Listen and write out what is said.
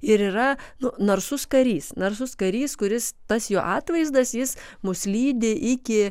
ir yra nu narsus karys narsus karys kuris tas jo atvaizdas jis mus lydi iki